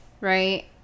Right